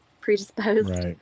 predisposed